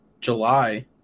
July